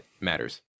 matters